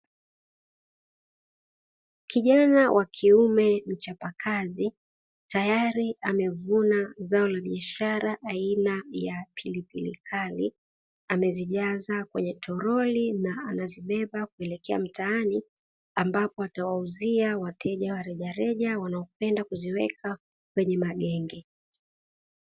Kijana wa kiume mchapakazi tayari amevuna zao la biashara aina ya pilipili kali amezijaza kwenye toroli na anazibeba kuelekea mtaani ambapo atawauzia wateja wa rejareja wanaopenda kuziweka kwenye magenge.